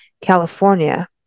California